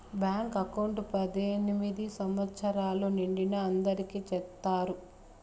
bank account పద్దెనిమిది సంవచ్చరాలు నిండిన అందరికి చేత్తారు